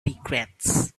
regrets